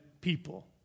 people